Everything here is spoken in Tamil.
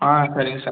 சரிங்க சார்